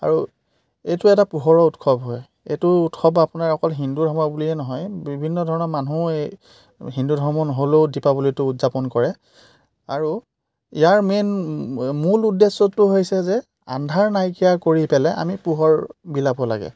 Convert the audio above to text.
আৰু এইটো এটা পোহৰৰ উৎসৱ হয় এইটো উৎসৱ আপোনাৰ অকল হিন্দু ধৰ্ম বুলিয়েই নহয় বিভিন্ন ধৰণৰ মানুহ এই হিন্দু ধৰ্মৰ নহ'লেও দীপাৱলীটো উদযাপন কৰে আৰু ইয়াৰ মেইন মূল উদ্দেশ্যটো হৈছে যে আন্ধাৰ নাইকিয়া কৰি পেলাই আমি পোহৰ বিলাব লাগে